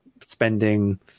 spending